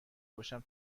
باشم